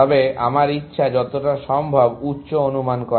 তবে আমার ইচ্ছা যতটা সম্ভব উচ্চ অনুমান করা